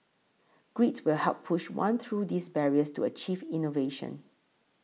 grit will help push one through these barriers to achieve innovation